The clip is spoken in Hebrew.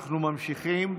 אנחנו ממשיכים.